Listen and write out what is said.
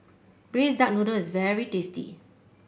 Braised Duck Noodle is very tasty